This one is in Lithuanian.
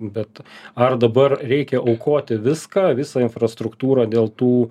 bet ar dabar reikia aukoti viską visą infrastruktūrą dėl tų